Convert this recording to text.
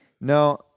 No